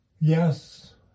Yes